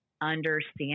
understand